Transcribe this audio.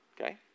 Okay